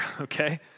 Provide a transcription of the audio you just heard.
okay